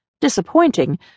Disappointing